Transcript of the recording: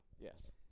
Yes